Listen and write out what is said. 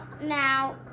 now